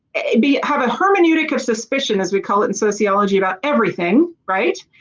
it be have a hermeneutic of suspicions as we call it in sociology about everything right